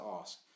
ask